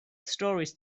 stories